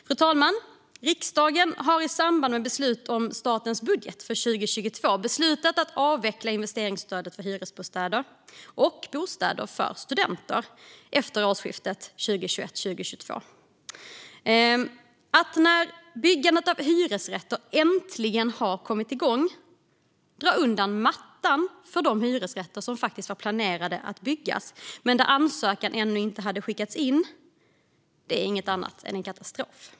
Fru talman! Riksdagen har i samband med beslut om statens budget för 2022 beslutat att avveckla investeringsstödet till hyresbostäder och bostäder för studenter efter årsskiftet 2021/22. Att när byggandet av hyresrätter äntligen har kommit igång dra undan mattan för de hyresrätter som faktiskt var planerade att byggas men där ansökan ännu inte hade skickats in är inget annat än en katastrof.